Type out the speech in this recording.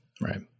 right